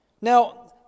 Now